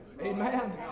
amen